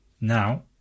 now